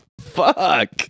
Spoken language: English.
Fuck